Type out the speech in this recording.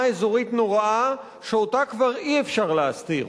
אזורית נוראה שאותה כבר אי-אפשר להסתיר.